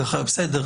בסדר,